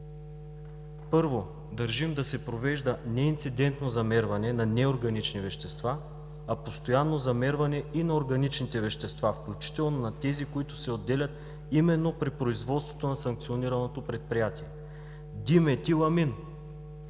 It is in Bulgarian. Първо, държим да се провежда не инцидентно замерване на неорганични вещества, а постоянно замерване и на органичните вещества, включително на тези, които се отделят именно при производството на санкционираното предприятие: диметиламин,